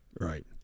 Right